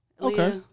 Okay